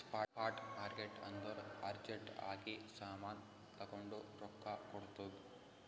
spot market ಅಂದುರ್ urgent ಆಗಿ ಸಾಮಾನ್ ತಗೊಂಡು ರೊಕ್ಕಾ ಕೊಡ್ತುದ್